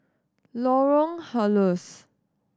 Lorong Halus